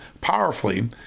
powerfully